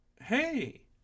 hey